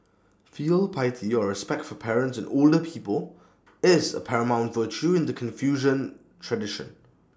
filial piety or respect for parents and older people is A paramount virtue in the Confucian tradition